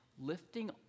lifting